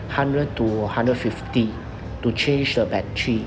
hundred to hundred fifty to change the battery